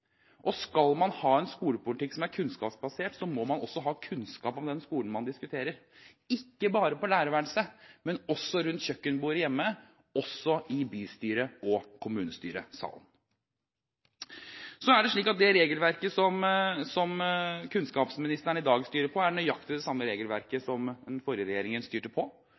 Skal man ha en skolepolitikk som er kunnskapsbasert, må man også ha kunnskap om den skolen man diskuterer, ikke bare på lærerværelset, men også rundt kjøkkenbordet hjemme, og også i bystyre- og kommunestyresalen. Det regelverket som kunnskapsministeren i dag styrer på, er nøyaktig det samme regelverket som den forrige regjeringen styrte på.